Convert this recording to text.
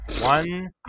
One